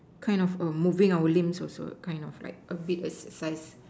kind of err moving our limbs also kind of like a bit exercise